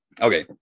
Okay